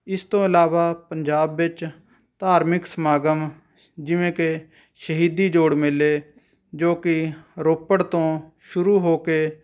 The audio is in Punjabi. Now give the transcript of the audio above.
ਇਸ ਤੋਂ ਇਲਾਵਾ ਪੰਜਾਬ ਵਿੱਚ ਧਾਰਮਿਕ ਸਮਾਗਮ ਜਿਵੇਂ ਕਿ ਸ਼ਹੀਦੀ ਜੋੜ ਮੇਲੇ ਜੋ ਕਿ ਰੋਪੜ ਤੋਂ ਸ਼ੁਰੂ ਹੋ ਕੇ